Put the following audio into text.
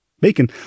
Bacon